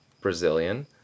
Brazilian